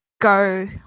go